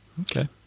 okay